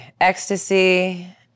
ecstasy